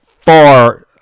far